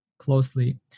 Closely